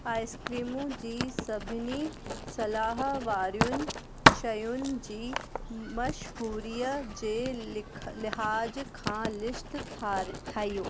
आइस्क्रिमूं जी सभिनी सलाह वारियुनि शयुनि जी मशहूरीअ जे लिखा लिहाज़ खां लिस्ट ठाहियो